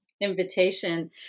invitation